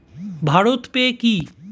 Bharat pay কি?